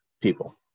people